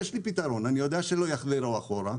יש לי פתרון אני לא יודע שלא יחזרו אחורה,